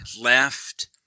left